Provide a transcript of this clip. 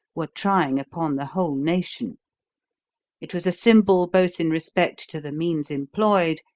were trying upon the whole nation it was a symbol both in respect to the means employed,